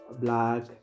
black